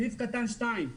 סעיף קטן (2),